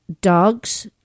dogs